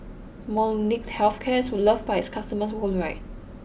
Molnylcke health cares who loved by its customers worldwide